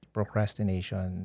Procrastination